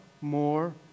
more